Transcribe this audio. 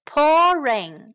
Pouring